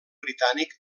britànic